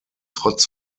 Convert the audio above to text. trotz